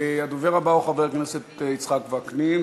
הדובר הבא הוא חבר הכנסת יצחק וקנין,